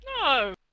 No